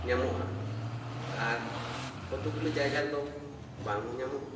ᱧᱟᱢᱚᱜᱼᱟ ᱟᱨ ᱠᱚᱛᱚᱜᱩᱞᱚ ᱡᱟᱭᱜᱟ ᱨᱮ ᱫᱚ ᱵᱟᱝ ᱦᱚᱸ ᱧᱟᱢᱚᱜᱼᱟ